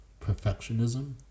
perfectionism